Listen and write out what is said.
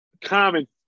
common